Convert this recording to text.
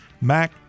Mac